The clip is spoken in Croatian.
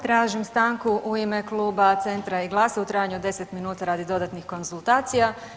Tražim stanku u ime kluba CENTRA i GLAS-a u trajanju od 10 minuta radi dodatnih konzultacija.